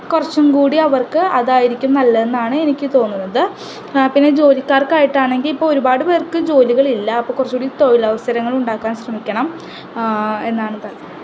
കുറച്ചുകൂടി അവർക്ക് അതായിരിക്കും നല്ലതെന്നാണ് എനിക്ക് തോന്നുന്നത് പിന്നെ ജോലിക്കാർക്കായിട്ടാണെങ്കിൽ ഇപ്പം ഒരുപാട് പേർക്ക് ജോലികളില്ല അപ്പം കുറച്ചുകൂടി തൊഴിലവസരങ്ങളുണ്ടാക്കാൻ ശ്രമിക്കണം എന്നാണ്